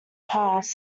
past